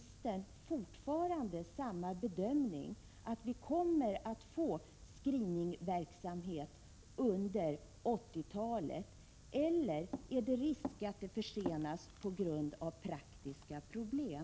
samma bedömning, att vi kommer att få screeningverksamhet under 1980-talet, eller är det risk för att det försenas på grund av ”praktiska problem”?